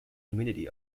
humidity